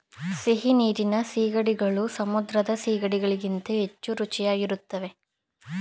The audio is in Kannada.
ಸಿಹಿನೀರಿನ ಸೀಗಡಿಗಳು ಸಮುದ್ರದ ಸಿಗಡಿ ಗಳಿಗಿಂತ ಹೆಚ್ಚು ರುಚಿಯಾಗಿರುತ್ತದೆ